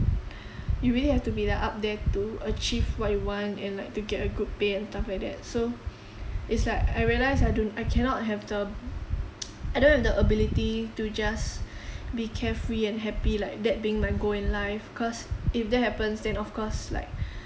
you really need to be like up there to achieve what you want and like to get a good pay and stuff like that so it's like I realise I don't I cannot have the b~ I don't have the ability to just be carefree and happy like that being my goal in life cause if that happens then of course like